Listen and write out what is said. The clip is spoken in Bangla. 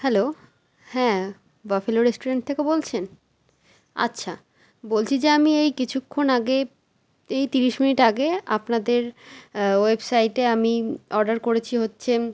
হ্যালো হ্যাঁ বাফেলো রেস্টুরেন্ট থেকে বলছেন আচ্ছা বলছি যে আমি এই কিছুক্ষণ আগে এই তিরিশ মিনিট আগে আপনাদের ওয়েবসাইটে আমি অর্ডার করেছি হচ্ছে